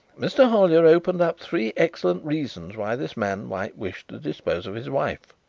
mr. hollyer opens up three excellent reasons why this man might wish to dispose of his wife.